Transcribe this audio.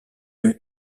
lieu